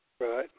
Right